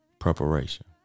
Preparation